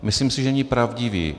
Myslím si, že není pravdivý.